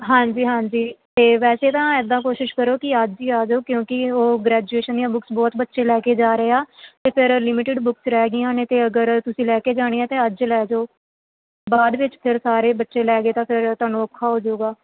ਹਾਂਜੀ ਹਾਂਜੀ ਅਤੇ ਵੈਸੇ ਤਾਂ ਇੱਦਾਂ ਕੋਸ਼ਿਸ਼ ਕਰੋ ਕਿ ਅੱਜ ਹੀ ਆ ਜਾਓ ਕਿਉਂਕਿ ਉਹ ਗ੍ਰੈਜੂਏਸ਼ਨ ਦੀਆਂ ਬੁੱਕਸ ਬਹੁਤ ਬੱਚੇ ਲੈ ਕੇ ਜਾ ਰਹੇ ਆ ਅਤੇ ਫਿਰ ਲਿਮਿਟਿਡ ਬੁੱਕਸ ਰਹਿ ਗਈਆਂ ਨੇ ਅਤੇ ਅਗਰ ਤੁਸੀਂ ਲੈ ਕੇ ਜਾਣੀਆਂ ਤਾਂ ਅੱਜ ਲੈ ਜਾਓ ਬਾਅਦ ਵਿੱਚ ਫਿਰ ਸਾਰੇ ਬੱਚੇ ਲੈ ਗਏ ਤਾਂ ਫਿਰ ਤੁਹਾਨੂੰ ਔਖਾ ਹੋ ਜੂਗਾ